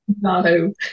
No